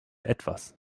etwas